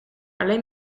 alleen